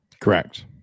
Correct